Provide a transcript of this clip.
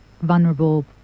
vulnerable